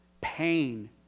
pain